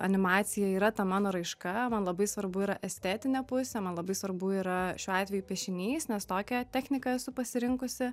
animacija yra ta mano raiška man labai svarbu yra estetinė pusė man labai svarbu yra šiuo atveju piešinys nes tokią techniką esu pasirinkusi